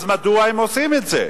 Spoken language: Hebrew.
אז מדוע הם עושים את זה?